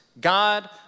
God